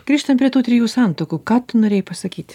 grįžtam prie tų trijų santuokų ką tu norėjai pasakyt